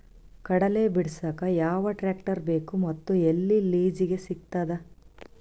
ಕಡಲಿ ಬಿಡಸಕ್ ಯಾವ ಟ್ರ್ಯಾಕ್ಟರ್ ಬೇಕು ಮತ್ತು ಎಲ್ಲಿ ಲಿಜೀಗ ಸಿಗತದ?